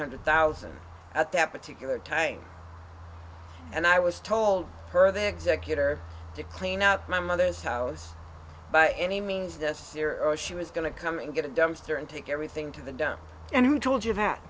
hundred thousand at that particular time and i was told her the executor to clean out my mother's house by any means this ciro she was going to come and get a dumpster and take everything to the dump and who told you that